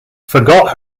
forgot